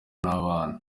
n’abana